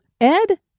Ed